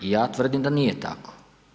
Ja tvrdim da nije tako.